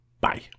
Bye